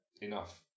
enough